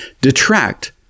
detract